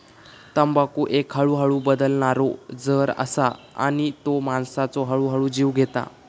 तंबाखू एक हळूहळू बादणारो जहर असा आणि तो माणसाचो हळूहळू जीव घेता